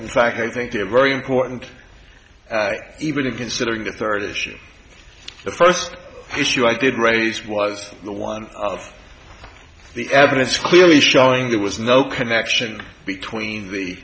in fact i think they're very important even in considering the third issue the first issue i did raise was the one of the evidence clearly showing there was no connection between the